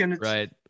right